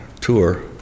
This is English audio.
tour